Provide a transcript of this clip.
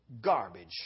garbage